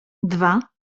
dwa